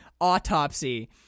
Autopsy